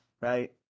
right